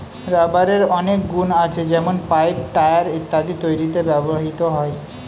রাবারের অনেক গুন আছে যেমন পাইপ, টায়র ইত্যাদি তৈরিতে ব্যবহৃত হয়